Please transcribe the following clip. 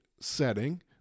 setting